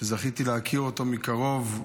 שזכיתי להכיר אותו מקרוב,